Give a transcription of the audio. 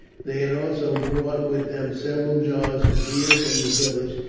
they had also brought with them several jars of beer from the village,